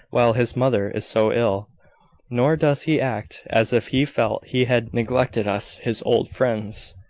while his mother is so ill nor does he act as if he felt he had neglected us, his old friends.